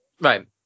Right